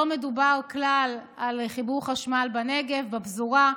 לא מדובר כלל על חיבור חשמל בנגב, בפזורה.